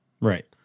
Right